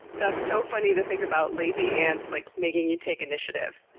that's so funny to think about lazy ants like making you take initiative.